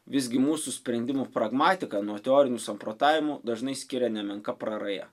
visgi mūsų sprendimų pragmatiką nuo teorinių samprotavimų dažnai skiria nemenka praraja